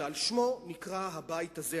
ועל שמו נקרא הבית הזה,